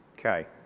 Okay